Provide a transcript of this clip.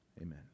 Amen